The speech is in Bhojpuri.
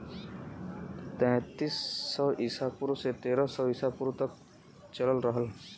तैंतीस सौ ईसा पूर्व से तेरह सौ ईसा पूर्व तक चलल रहल